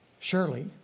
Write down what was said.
Surely